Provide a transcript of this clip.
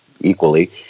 equally